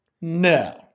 No